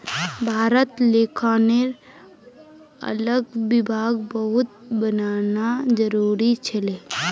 भारतत लेखांकनेर अलग विभाग बहुत बनाना जरूरी छिले